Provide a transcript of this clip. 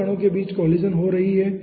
तो 2 कणों के बीच कोलिजन हो रही है